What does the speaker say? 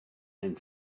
and